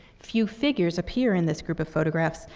few figures appear in this group of photographs,